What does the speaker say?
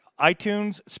iTunes